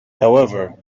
however